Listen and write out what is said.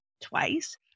twice